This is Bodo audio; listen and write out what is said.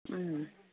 उम